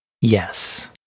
Yes